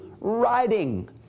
writing